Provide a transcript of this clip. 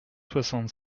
soixante